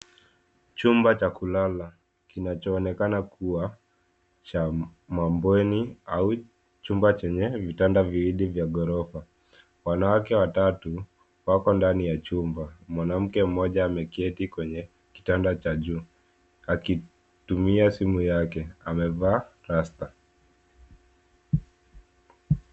Chumba cha kulala kinachoonekana kuwa cha mabweni au chumba chenye vitanda viwili vya ghorofa, wanawake watatu wako ndani ya chumba, mwanamke mmoja ameketi kwenye kitanda cha juu akitumia simu yake, amevaa rasta.